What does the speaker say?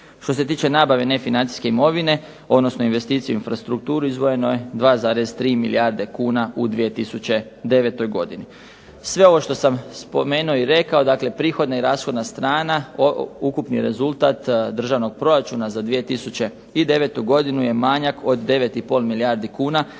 Što se tiče nabave nefinancijske imovine odnosno investicije i infrastrukturu izdvojeno je 2,3 milijarde kuna u 2009. godini. Sve ovo što sam spomenuo i rekao dakle prihodna i rashodna strana, ukupni rezultat državnog proračuna za 2009. godinu je manjak od 9,5 milijardi kuna